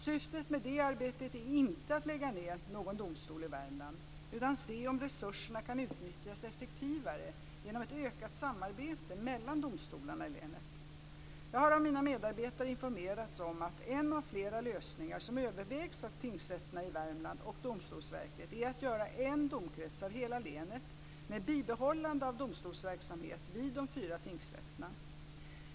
Syftet med detta arbete är inte att lägga ned någon domstol i Värmland utan att se om resurserna kan utnyttjas effektivare genom ett ökat samarbete mellan domstolarna i länet. Jag har av mina medarbetare informerats om att en av flera lösningar som övervägs av tingsrätterna i Värmland och Domstolsverket är att göra en domkrets av hela länet med bibehållande av domstolsverksamhet vid de fyra tingsrätterna.